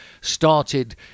started